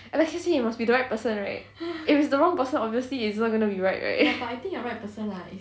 let's just say it must be the right person right if it's the wrong person obviously it's not gonna be right right